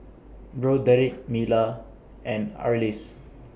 Broderick Mila and Arlis